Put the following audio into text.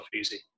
easy